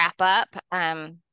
wrap-up